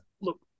Look